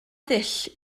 ddull